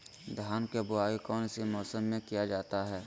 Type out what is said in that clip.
धान के बोआई कौन सी मौसम में किया जाता है?